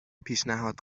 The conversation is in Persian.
پیشنهاد